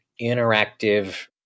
interactive